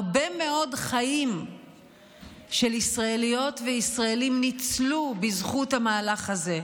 הרבה מאוד חיים של ישראליות וישראלים ניצלו בזכות המהלך הזה,